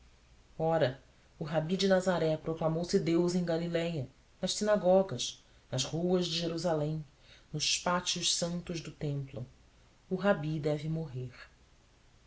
ora o rabi de nazaré proclamou se deus em galiléia nas sinagogas nas ruas de jerusalém nos pátios santos do templo o rabi deve morrer